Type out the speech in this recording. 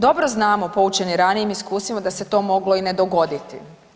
Dobro znamo poučeni ranijim iskustvima da se to moglo i ne dogoditi.